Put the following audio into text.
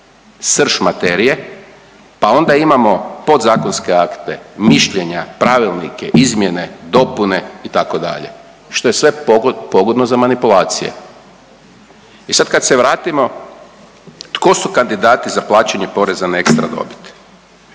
srž materije, pa onda imamo podzakonske akte, mišljenja, pravilnike, izmjene, dopune itd. što je sve pogodno za manipulacije. I sad kad se vratimo tko su kandidati za plaćanje poreza na ekstra dobit?